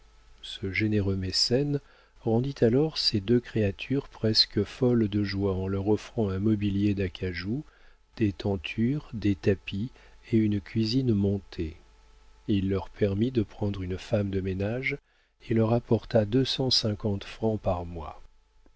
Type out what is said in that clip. ce généreux mécène rendit alors ces deux créatures presque folles de joie en leur offrant un mobilier d'acajou des tentures des tapis et une cuisine montée il leur permit de prendre une femme de ménage et leur apporta deux cent cinquante francs par mois